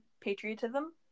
patriotism